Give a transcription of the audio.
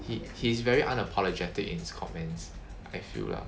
he he's very unapologetic in his comments I feel lah